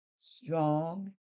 strong